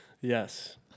Yes